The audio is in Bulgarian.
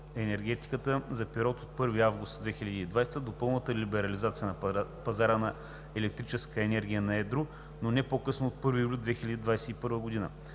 енергетиката за период от 1 август 2020 г. до пълната либерализация на пазара на електрическа енергия на едро, но не по късно от 1 юли 2021 г.